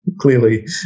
Clearly